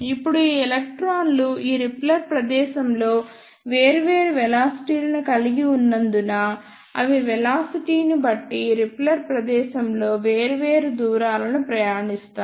ఇప్పుడు ఈ ఎలక్ట్రాన్లు ఈ రిపెల్లర్ ప్రదేశంలో వేర్వేరు వెలాసిటీ లను కలిగి ఉన్నందున అవి వెలాసిటీని బట్టి రిపెల్లర్ ప్రదేశంలో వేర్వేరు దూరాలను ప్రయాణిస్తాయి